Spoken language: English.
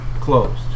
closed